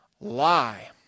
lie